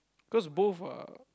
cause both are